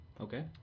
Okay